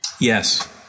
Yes